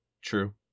True